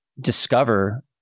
discover